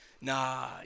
Nah